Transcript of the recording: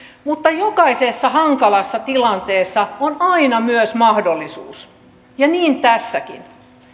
jokaisessa hankalassa tilanteessa on aina myös mahdollisuus ja niin tässäkin